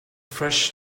fresh